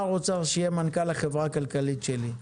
אוצר שיהיה מנכ"ל החברה הכלכלית שלי,